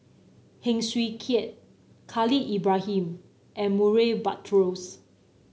Heng Swee Keat Khalil Ibrahim and Murray Buttrose